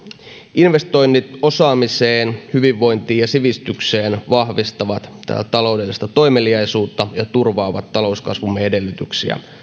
investoinnit osaamiseen hyvinvointiin ja sivistykseen vahvistavat tätä taloudellista toimeliaisuutta ja turvaavat talouskasvumme edellytyksiä